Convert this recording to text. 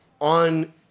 on